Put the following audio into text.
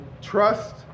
trust